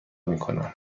میکنم